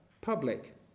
public